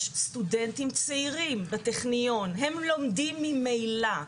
יש סטודנטים צעירים בטכניון, הם לומדים ממילא,